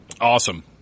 Awesome